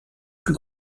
plus